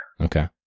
Okay